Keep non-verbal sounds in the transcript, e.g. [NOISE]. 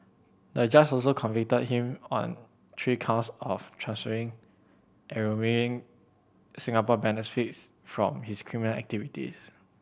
the judge also convicted him on three counts of transferring and [UNINTELLIGIBLE] Singapore benefits from his criminal activities